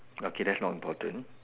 okay that's not important